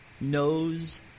knows